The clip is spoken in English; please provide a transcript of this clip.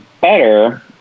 better